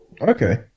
Okay